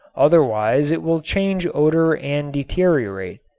otherwise it will change odor and deteriorate.